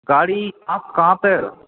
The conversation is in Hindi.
गाड़ी आप कहाँ पर